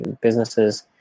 businesses –